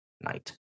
knight